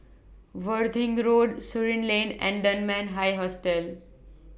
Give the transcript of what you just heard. Worthing Road Surin Lane and Dunman High Hostel